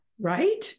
right